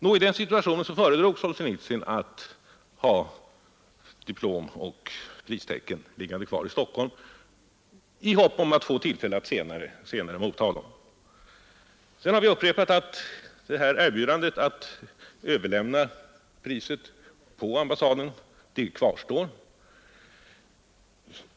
I den situationen föredrog alltså Solsjenitsyn att ha diplom och pristecken liggande kvar i Stockholm i hopp om att få tillfälle att senare motta dem. Sedan har vi upprepat att erbjudandet att överlämna priset på ambassaden kvarstår.